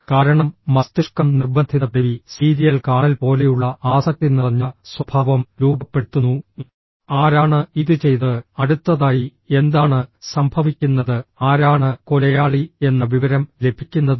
കാരണം മസ്തിഷ്കം നിർബന്ധിത ടിവി സീരിയൽ കാണൽ പോലെയുള്ള ആസക്തി നിറഞ്ഞ സ്വഭാവം രൂപപ്പെടുത്തുന്നു ആരാണ് ഇത് ചെയ്തത് അടുത്തതായി എന്താണ് സംഭവിക്കുന്നത് ആരാണ് കൊലയാളി എന്ന വിവരം ലഭിക്കുന്നതുവരെ